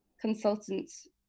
consultants